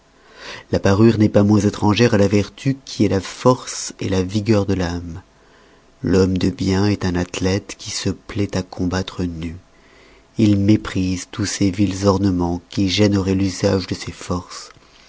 la parure n'est pas moins étrangère à la vertu qui est la force la vigueur de l'ame l'homme de bien est un athlète qui se plaît à combattre nud il méprise tous ces vils ornemens qui gêneroient l'usage de ses forces